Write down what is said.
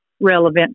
relevant